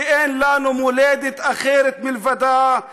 ואין לנו מולדת אחרת מלבדה.